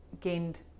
gained